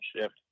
shift